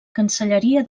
cancelleria